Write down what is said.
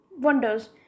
wonders